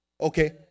Okay